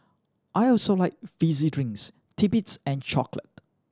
I also like fizzy drinks titbits and chocolate